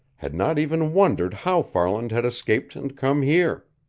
had not even wondered how farland had escaped and come here.